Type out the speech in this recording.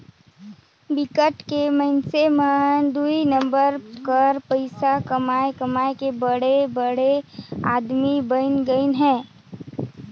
बिकट के मइनसे मन दुई नंबर कर पइसा कमाए कमाए के बड़े बड़े आदमी बइन गइन अहें